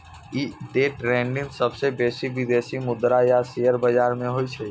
day trading सबसं बेसी विदेशी मुद्रा आ शेयर बाजार मे होइ छै